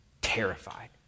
terrified